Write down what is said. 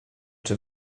czy